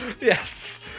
Yes